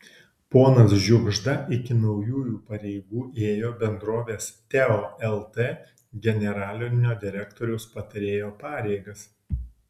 ponas žiugžda iki naujųjų pareigų ėjo bendrovės teo lt generalinio direktoriaus patarėjo pareigas